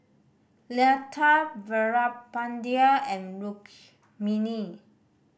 Lata Veerapandiya and mini